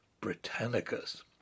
Britannicus